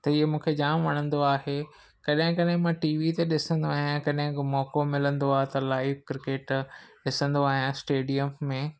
त ईअं मूंखे जाम वणंदो आहे कॾहिं कॾहिं मां टी वी ते ॾिसंदो आहियां कॾहिं को मौक़ो मिलंदो आहे त लाइव क्रिकेट ॾिसंदो आहियां स्टेडिअम में